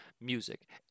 music